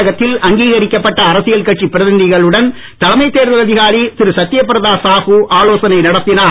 தமிழகத்தில் அங்கீகரிக்கப்பட்ட அரசியல் கட்சி பிரதிநிதிகளுடன் தலைமை தேர்தல் அதிகாரி திரு சத்யபிரதா சாஹு ஆலோசனை நடத்தினார்